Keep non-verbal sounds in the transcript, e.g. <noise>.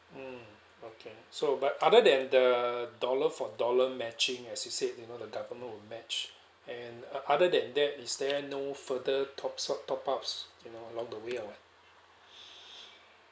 mm okay so but other than the dollar for dollar matching as you said you know the government will match and uh other than that is there no further top so top ups you know along the way or <breath>